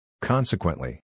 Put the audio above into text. Consequently